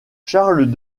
charles